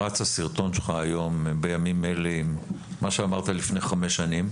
בימים אלה רץ הסרטון שלך, מה שאמרת לפני חמש שנים.